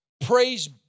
praise